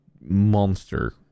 monster